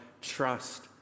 trust